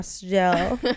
gel